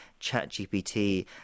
ChatGPT